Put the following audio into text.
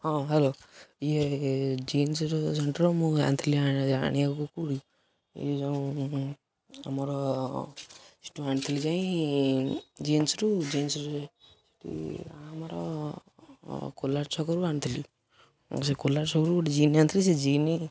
ହଁ ହ୍ୟାଲୋ ଇଏ ଜିନ୍ସ ଜଣ୍ଟର ମୁଁ ଆଣିଥିଲି ଆଣିବାକୁ କେଉଁଠି ଯୋଉଁ ଆମର ସେଠୁ ଆଣିଥିଲି ଯାଇଁ ଜିନ୍ସରୁ ଜିନ୍ସ ସେ ଆମର କୋଲାର ଛକରୁ ଆଣିଥିଲି ସେ କୋଲାର ଛକରୁ ଗୋଟେ ଜିନ୍ସ ଆଣିଥିଲି ସେ ଜିନ୍ସ